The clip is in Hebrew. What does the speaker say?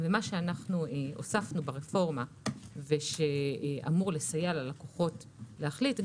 מה שהוספנו ברפורמה ושאמור לסייע ללקוחות להחליט,